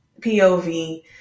POV